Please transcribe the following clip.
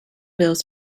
bills